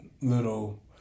little